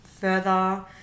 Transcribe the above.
further